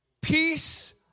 Peace